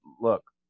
Look